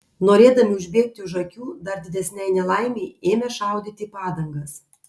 norėdami užbėgti už akių dar didesnei nelaimei ėmė šaudyti į padangas